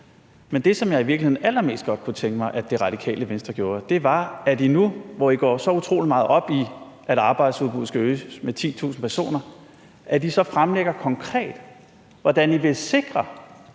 Men det, som jeg i virkeligheden allermest godt kunne tænke mig at Det Radikale Venstre gjorde, var, at I nu, hvor I går så utrolig meget op i, at arbejdsudbuddet skal øges med 10.000 personer, så fremlægger konkret, hvordan I vil sikre,